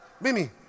Mimi